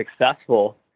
successful